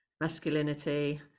masculinity